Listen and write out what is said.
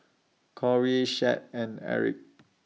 Cory Shad and Erik